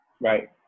Right